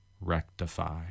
rectify